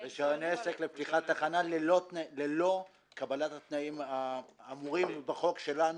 עסק לפתיחת תחנה ללא קבלת התנאים האמורים בחוק שלנו.